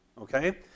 Okay